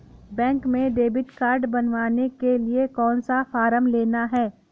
Bank में debit card बनवाने के लिए कौन सा फॉर्म लेना है?